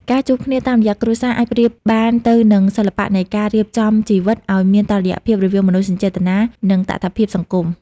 ការជួបគ្នាតាមរយៈគ្រួសារអាចប្រៀបបានទៅនឹងសិល្បៈនៃការរៀបចំជីវិត ឱ្យមានតុល្យភាពរវាងមនោសញ្ចេតនា និងតថភាពសង្គម។